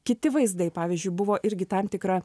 kiti vaizdai pavyzdžiui buvo irgi tam tikra